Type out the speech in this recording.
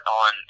on